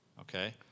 Okay